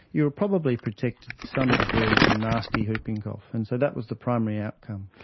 you were probably protected to some degree from nasty whooping cough, and so that was the primary outcome.